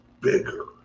bigger